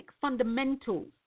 fundamentals